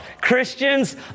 Christians